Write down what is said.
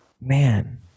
Man